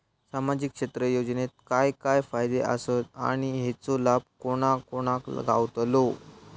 सामजिक क्षेत्र योजनेत काय काय फायदे आसत आणि हेचो लाभ कोणा कोणाक गावतलो?